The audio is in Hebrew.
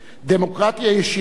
דמוקרטיה ישירה,